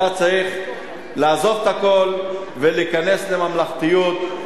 אתה צריך לעזוב את הכול ולהיכנס לממלכתיות,